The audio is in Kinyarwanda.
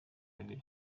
abiri